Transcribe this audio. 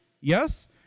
yes